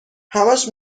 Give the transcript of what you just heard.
همش